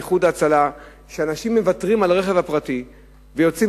"איחוד הצלה" אנשים מוותרים על הרכב הפרטי ויוצאים